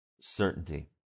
certainty